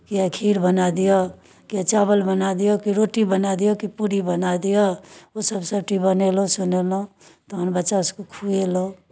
कि खीर बना दिअ कि चावल बना दिअ कि रोटी बना दिअ कि पूरी बना दिअ ओसभ सभटी बनेलहुँ सुनेलहुँ तखन बच्चासभकेँ खुएलहुँ